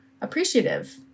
appreciative